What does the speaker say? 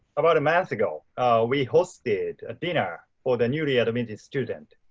about a month ago we hosted a dinner, for the newly-admitted student.